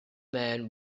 man